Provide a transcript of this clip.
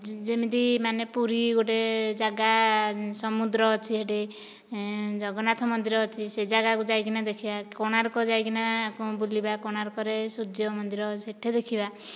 ଯେମିତି ମାନେ ପୁରୀ ଗୋଟିଏ ଜାଗା ସମୁଦ୍ର ଅଛି ସେଇଠି ଜଗନ୍ନାଥ ମନ୍ଦିର ଅଛି ସେହି ଜାଗାକୁ ଯାଇକିନା ଦେଖିବା କୋଣାର୍କ ଯାଇକିନା ବୁଲିବା କୋଣାର୍କରେ ସୂର୍ଯ୍ୟ ମନ୍ଦିର ସେଇଠି ଦେଖିବା